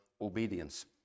obedience